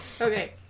Okay